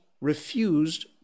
refused